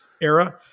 era